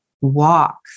walk